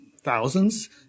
thousands